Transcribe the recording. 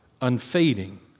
unfading